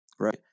right